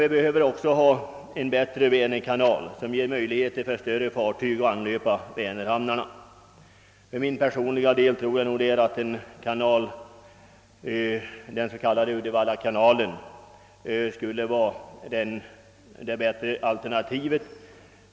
Vi behöver också ha en bättre vänerkanal som ger möjlighet för större fartyg att anlöpa vänerhamnarna. För min personliga del tror jag att den s.k. Uddevallakanalen skulle vara det bättre alternativet.